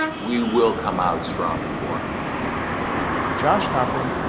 we will come out stronger for josh cochran,